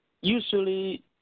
usually